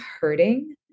hurting